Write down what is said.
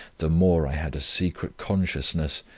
the more i had a secret consciousness,